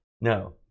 No